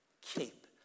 keep